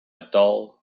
dull